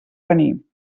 venir